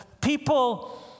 people